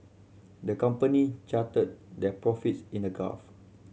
the company charted their profits in a graph